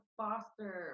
foster